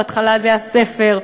בהתחלה זה היה ספר,